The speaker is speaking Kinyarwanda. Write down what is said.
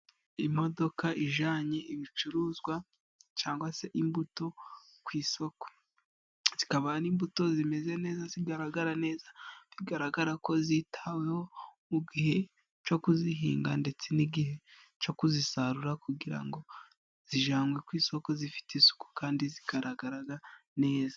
Imodoka ijyananye ibicuruzwa cyangwa se imbuto ku isoko zikaba n'imbuto zimeze neza zigaragara neza bigaragara ko zitaweho mu gihe cyo kuzihinga ndetse n'igihe cyo kuzisarura kugira ngo zijyanwe ku isoko zifite isuku kandi zigaragara neza.